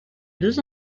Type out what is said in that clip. deux